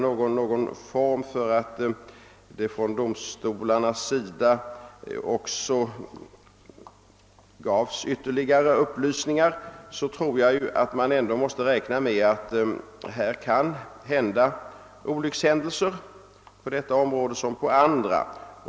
Men även om man skulle kunna presentera information i dessa frågor och kanske finna någon form för ytterligare upplysningar från domstolarna, tror jag ändå man måste räkna med att det kan inträffa olyckshändelser på detta område liksom på andra.